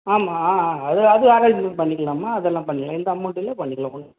ஆமாம் ஆ அது அது அரேஞ்சமெண்ட் பண்ணிக்கலாம்மா அதெல்லாம் பண்ணிக்கலாம் இந்த அமௌண்ட்டில் பண்ணிக்கலாம் ஒன்றும்